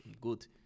good